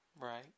right